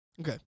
Okay